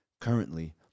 currently